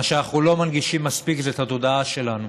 מה שאנחנו לא מנגישים מספיק זה את התודעה שלנו,